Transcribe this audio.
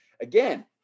again